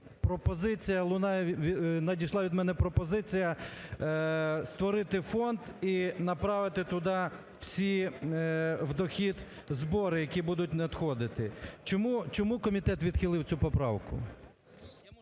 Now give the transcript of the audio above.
надійшла від мене пропозиція створити фонд і направити туди всі в дохід збори, які будуть надходити. Чому комітет відхилив цю поправку?